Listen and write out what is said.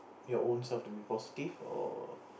your own self to be positive or